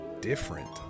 different